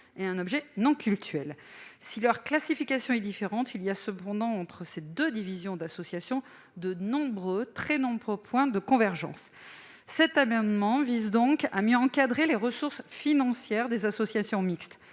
et un objet non cultuel. Si leur classification est différente, il y a cependant entre ces deux divisions d'associations de très nombreux points de convergence. Cet amendement vise donc à mieux encadrer les ressources financières des associations mixtes.